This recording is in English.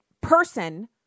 person